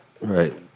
Right